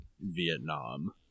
Vietnam